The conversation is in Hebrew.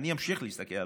ואני אמשיך להסתכל עליו,